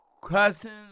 questions